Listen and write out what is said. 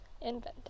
invented